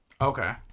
Okay